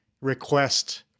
request